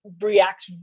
react